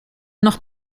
noch